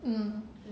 um